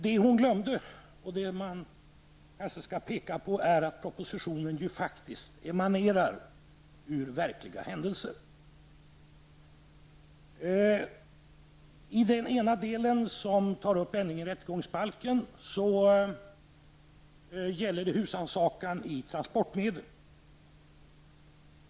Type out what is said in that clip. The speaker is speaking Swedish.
Vad hon glömde, och vad man kanske skall peka på, är att propositionen faktiskt emanerar ur verkliga händelser. I den ena delen som tar upp ändring i rättegångsbalken gäller det husrannsakan i transportmedel.